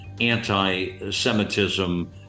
anti-semitism